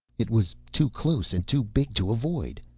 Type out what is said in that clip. it was too close and too big to avoid.